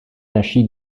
naší